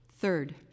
Third